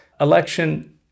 election